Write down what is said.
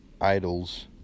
Idols